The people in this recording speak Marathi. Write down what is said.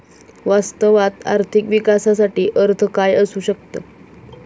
वास्तवात आर्थिक विकासाचा अर्थ काय असू शकतो?